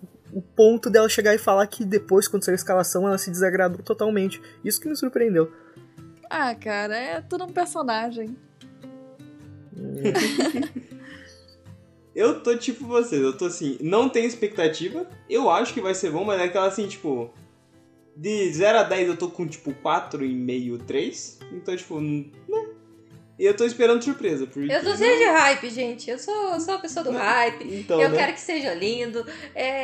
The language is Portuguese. o- o ponto dela chegar e falar que depois, quando saiu a escalação, ela se desagradou totalmente. Isso que me surpreendeu. Ah, cara, é tudo um personagem. Eu tô tipo vocês, eu tô assim, não tenho expectativa, eu acho que vai ser bom, mas é aquela assim, tipo, de 0 a 10 eu tô com, tipo, 4,5, 3. Então, tipo, n- né? E eu tô esperando surpresa, porque Eu tô não- cheia de hype, gente. Eu sou- sou uma pessoa do não, hype. então, Eu né? quero que seja lindo. É,